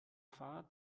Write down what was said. fahrrad